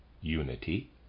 unity